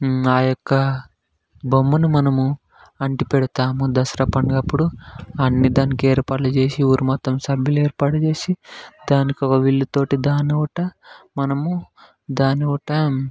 ఆ యొక్క బొమ్మను మనము అంటిపెడతాము దసరా పండగ అప్పుడు అన్నీ దానికి ఏర్పాట్లు చేసి ఊరు మొత్తం సభ్యులు ఏర్పాటు చేసి దానికి ఒక విల్లుతోటి దాని నోట మనము దాని నోట